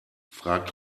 fragt